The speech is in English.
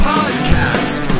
Podcast